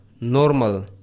normal